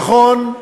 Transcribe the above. נכון,